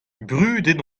brudet